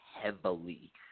heavily